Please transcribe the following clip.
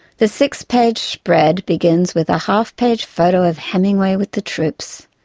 the six-page spread begins with a half-page photo of hemingway with the troops.